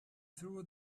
threw